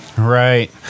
Right